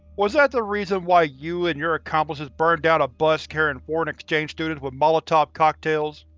was that the reason why you and your accomplices burned down a bus carrying foreign exchange students with molotov cocktails?